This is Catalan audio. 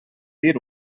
dir